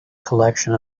collection